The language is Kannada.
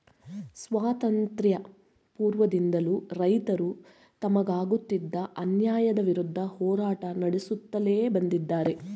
ಸ್ವಾತಂತ್ರ್ಯ ಪೂರ್ವದಿಂದಲೂ ರೈತರು ತಮಗಾಗುತ್ತಿದ್ದ ಅನ್ಯಾಯದ ವಿರುದ್ಧ ಹೋರಾಟ ನಡೆಸುತ್ಲೇ ಬಂದಿದ್ದಾರೆ